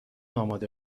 آماده